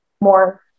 more